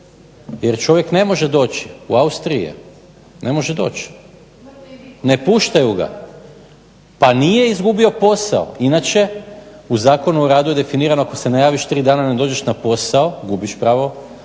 jer čovjek ne može doći, u Austriji je. Ne može doći, ne puštaju ga pa nije izgubio posao, inače u Zakonu o radu je definirano ako se ne javiš tri dana, ne dođeš na posao gubiš pravo da